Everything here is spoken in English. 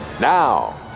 now